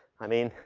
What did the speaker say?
i mean,